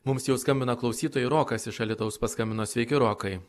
mums jau skambina klausytojai rokas iš alytaus paskambino sveiki rokai